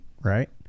right